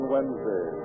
Wednesday